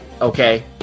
Okay